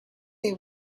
they